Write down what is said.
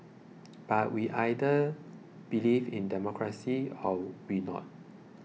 but we either believe in democracy or we not